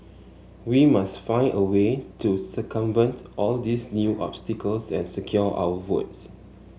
we must find a way to circumvent all these new obstacles and secure our votes